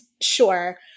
sure